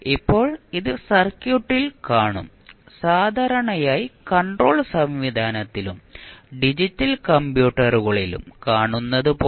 ഇപ്പോൾ ഇത് സർക്യൂട്ടിൽ കാണും സാധാരണയായി കണ്ട്രോൾ സംവിധാനത്തിലും ഡിജിറ്റൽ കമ്പ്യൂട്ടറുകളിലും കാണുന്നത് പോലെ